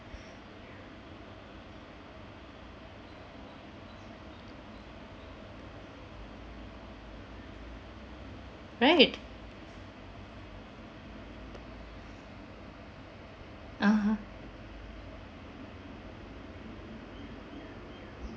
right (uh huh)